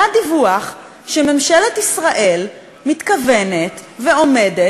היה דיווח שממשלת ישראל מתכוונת ועומדת